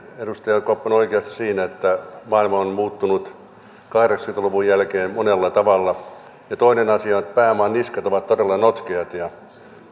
edustaja tolppanen on oikeassa siinä että maailma on muuttunut kahdeksankymmentä luvun jälkeen monella tavalla toinen asia on että pääoman niskat ovat todella notkeat ja